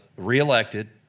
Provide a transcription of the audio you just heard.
re-elected